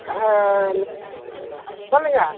சொல்லுங்கள்